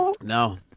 No